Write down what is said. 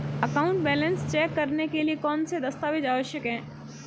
Account balance check करने के लिए कौनसे दस्तावेज़ आवश्यक हैं?